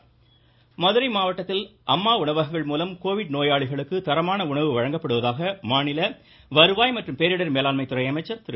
உதயகுமார் மதுரை மாவட்டத்தில் அம்மா உணவகங்கள் நோயாளிகளுக்கு தரமான உணவு வழங்கப்படுவதாக மாநில வருவாய் மற்றும் பேரிடர் மேலாண்மைத்துறை அமைச்சர் திரு